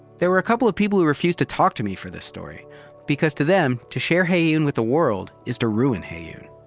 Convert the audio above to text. there were a couple of people who refused to talk to me for this story because to them, to share heyoon with the world, is to ruin heyoon.